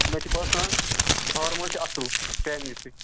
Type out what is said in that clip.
مےٚ چھُ باسان ہٲرون چھِ اَصٕل فیملی سۭتۍ